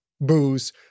booze